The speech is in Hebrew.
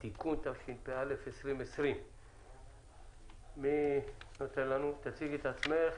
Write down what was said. (תיקון), התשפ"א 2020. תני לנו רקע,